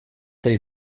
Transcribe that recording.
tedy